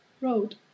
road